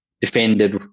defended